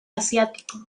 asiático